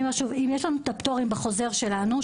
אם יש לנו פטורים בחוזר שלנו,